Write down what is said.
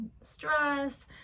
stress